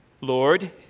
Lord